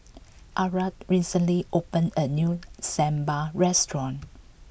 Arah recently opened a new Sambar restaurant